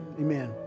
Amen